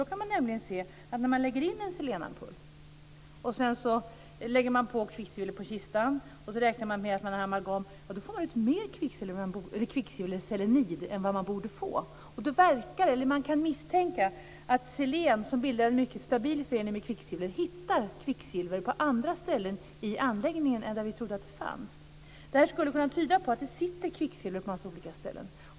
Där kan man nämligen se att om man lägger in en selenampull och sedan lägger kvicksilver på kistan, och dessutom räknar med amalgamet, så får man ut mer kvicksilverselenid än vad man borde få. Man kan alltså misstänka att selen, som bildar en mycket stabil förening med kvicksilver, hittar kvicksilver på andra ställen i anläggningen än där vi trodde att det fanns. Detta skulle kunna tyda på att det sitter kvicksilver på en massa olika ställen.